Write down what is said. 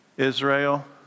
Israel